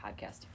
podcast